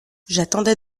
j’attendais